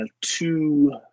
two